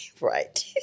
Right